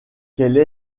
quelle